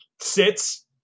sits